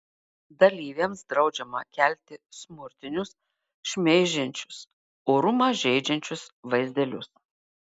dalyviams draudžiama kelti smurtinius šmeižiančius orumą žeidžiančius vaizdelius